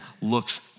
looks